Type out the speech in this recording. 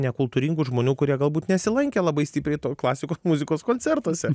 nekultūringų žmonių kurie galbūt nesilankė labai stipriai klasikos muzikos koncertuose